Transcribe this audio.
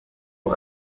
uko